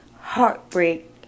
heartbreak